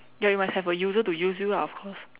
ya you must have a user to use you lah of course